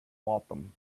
waltham